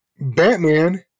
Batman